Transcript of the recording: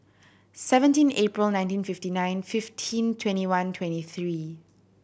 seventeen April nineteen fifty nine fifteen twenty one twenty three